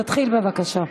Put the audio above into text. תתחיל בבקשה.